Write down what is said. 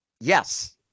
Yes